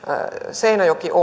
seinäjoki oulu